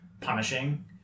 punishing